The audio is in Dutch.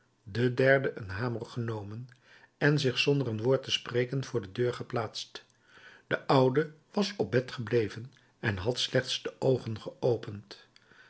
de derde een hamer genomen en zich zonder een woord te spreken voor de deur geplaatst de oude was op het bed gebleven en had slechts de oogen geopend